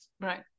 Right